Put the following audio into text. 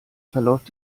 verläuft